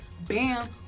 bam